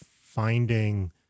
finding